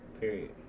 Period